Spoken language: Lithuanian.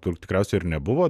turbūt tikriausiai ir nebuvo